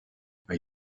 are